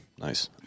Nice